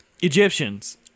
Egyptians